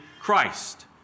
Christ